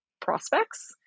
prospects